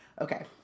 okay